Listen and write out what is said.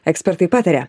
ekspertai pataria